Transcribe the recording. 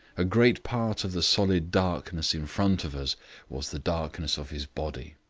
a great part of the solid darkness in front of us was the darkness of his body.